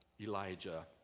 Elijah